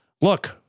Look